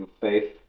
faith